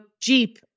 jeep